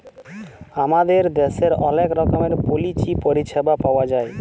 আমাদের দ্যাশের অলেক রকমের পলিচি পরিছেবা পাউয়া যায়